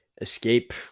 Escape